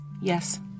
Yes